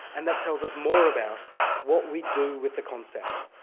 and that tells us more about what we do with the concept.